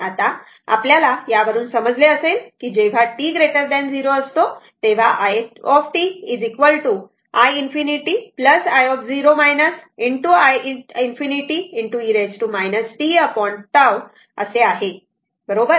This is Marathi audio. आता आपल्याला यावरून समजले असेल की जेव्हा t 0 असतो तेव्हा i t i ∞ i0 i ∞ e tT आहे बरोबर